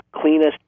cleanest